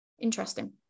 Interesting